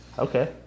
Okay